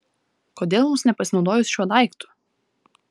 kodėl mums nepasinaudojus šiuo daiktu